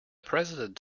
president